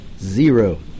Zero